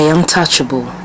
Untouchable